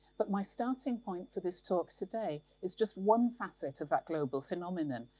but my starting point for this talk today is just one facet of that global phenomenon,